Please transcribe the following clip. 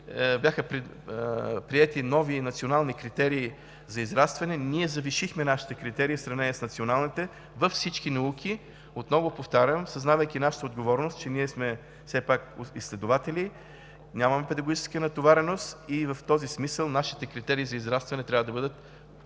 бяха приети нови национални критерии за израстване, ние завишихме нашите критерии в сравнение с националните във всички науки, отново повтарям, съзнавайки нашата отговорност, че сме все пак изследователи, нямаме педагогическа натовареност и в този смисъл нашите критерии за израстване трябва да бъдат